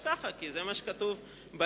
ככה, כי זה מה שכתוב בהסתייגות.